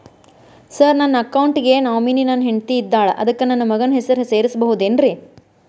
Sir ನನ್ನ account ಗೆ nominee ನನ್ನ ಹೆಂಡ್ತಿ ಇದ್ದಾಳ ಅದಕ್ಕ ನನ್ನ ಮಗನ ಹೆಸರು ಸೇರಸಬಹುದೇನ್ರಿ?